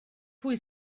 pwy